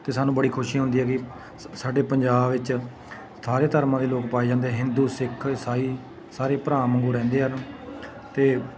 ਅਤੇ ਸਾਨੂੰ ਬੜੀ ਖੁਸ਼ੀ ਹੁੰਦੀ ਆ ਕਿ ਸ ਸਾਡੇ ਪੰਜਾਬ ਵਿੱਚ ਸਾਰੇ ਧਰਮਾਂ ਦੇ ਲੋਕ ਪਾਏ ਜਾਂਦੇ ਹਿੰਦੂ ਸਿੱਖ ਈਸਾਈ ਸਾਰੇ ਭਰਾ ਵਾਂਗੂ ਰਹਿੰਦੇ ਹਨ ਅਤੇ